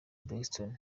braxton